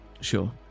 sure